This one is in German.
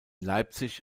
leipzig